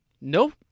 Nope